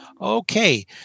Okay